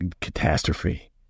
catastrophe